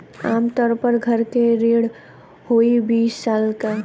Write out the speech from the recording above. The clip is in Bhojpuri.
आम तउर पर घर के ऋण होइ बीस साल क